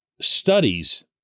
studies